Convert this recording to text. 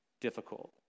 difficult